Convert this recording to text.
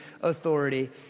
authority